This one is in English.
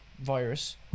virus